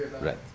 right